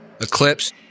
Eclipse